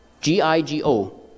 G-I-G-O